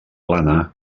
plana